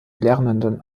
lernenden